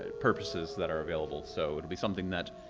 ah purposes that are available. so it'll be something that.